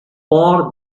for